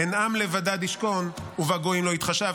"הן עם לבדד ישכן ובגוים לא יתחשב".